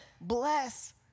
bless